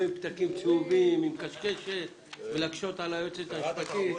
לא עם פתקים צהובים וקשקשת שמקשה על היועצת המשפטית.